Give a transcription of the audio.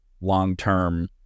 long-term